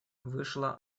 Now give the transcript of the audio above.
вышла